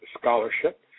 Scholarship